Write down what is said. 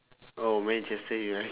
oh manchester uni~